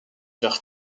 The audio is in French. vers